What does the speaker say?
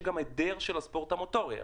יש היעדר של הספורט המוטורי.